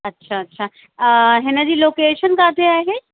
अच्छा अच्छा हिनजी लोकेशन किथे आहे